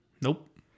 Nope